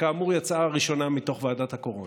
שכאמור היא הצעה ראשונה מתוך ועדת הקורונה.